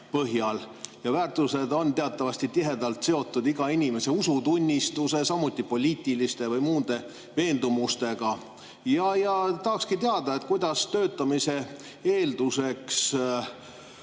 Väärtused on teatavasti tihedalt seotud iga inimese usutunnistuse, samuti poliitiliste või muude veendumustega. Tahakski teada, kuidas töötamise eelduseks